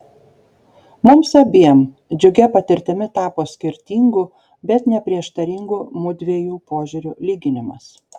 mums abiem džiugia patirtimi tapo skirtingų bet ne prieštaringų mudviejų požiūrių lyginimas